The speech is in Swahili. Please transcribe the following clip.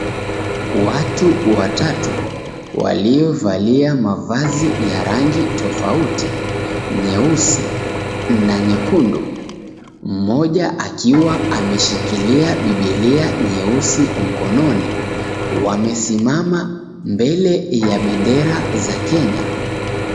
Watu watatu waliovalia mavazi ya rangi tofauti, nyeusi na nyekundu. Mmoja akiwa ameshikilia bibilia nyeusi mkononi wamesimama mbele ya bendera za Kenya.